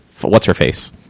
What's-her-face